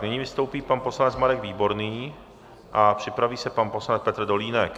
Nyní vystoupí pan poslanec Marek Výborný a připraví se pan poslanec Petr Dolínek.